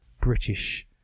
British